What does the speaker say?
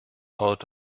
out